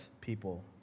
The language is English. people